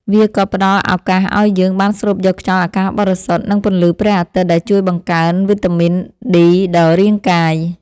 វាក៏ផ្ដល់ឱកាសឱ្យយើងបានស្រូបយកខ្យល់អាកាសបរិសុទ្ធ និងពន្លឺព្រះអាទិត្យ ដែលជួយបង្កើនវីតាមីនឌី ដល់រាងកាយ។